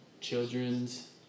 Children's